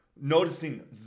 Noticing